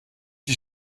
die